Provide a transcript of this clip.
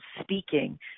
speaking